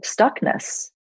stuckness